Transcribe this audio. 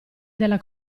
della